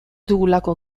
dugulako